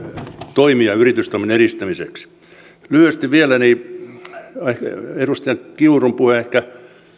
toimija yritystoiminnan edistämiseksi lyhyesti vielä edustaja krista kiurun puhe oli ehkä